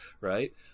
right